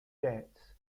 debts